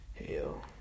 Hell